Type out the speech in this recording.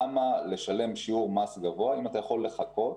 למה לשלם שיעור מס גבוה אם אתה יכול לחכות,